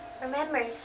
Remember